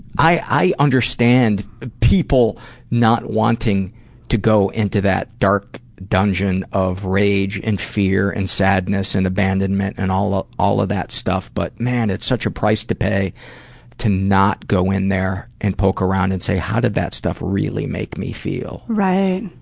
i understand people not wanting to go into that dark dungeon of rage and fear and sadness and abandonment and all ah all of that stuff, but man, it's such a price to pay to not go in there and poke around and say, hey, how did that stuff really make me feel? right,